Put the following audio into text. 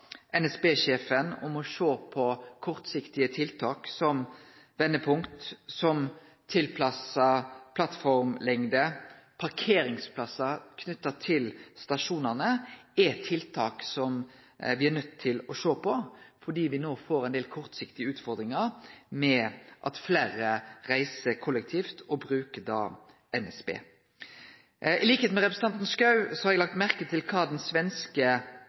NSB-sjefen om å sjå på kortsiktige tiltak – som vendepunkt, tilpassa plattformlengd og parkeringsplassar knytte til stasjonane – er tiltak me er nøydde til å sjå på, fordi me no får ein del kortsiktige utfordringar ved at fleire reiser kollektivt og då bruker NSB. Til liks med representanten Schou har eg lagt merke til kva den svenske